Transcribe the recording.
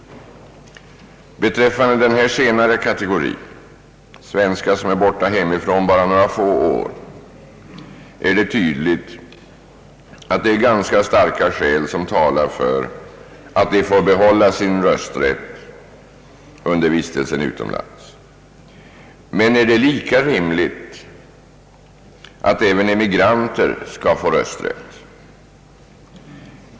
Beträffande denna senare kategori — svenskar som är borta hemifrån bara några få år är det tydligt att det är ganska starka skäl som talar för att de får behålla sin rösträtt under vistelsen utomlands. Men är det lika rimligt att också emigranter skall få rösträtt?